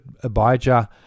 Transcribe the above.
Abijah